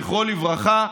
זכרו לברכה,